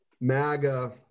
MAGA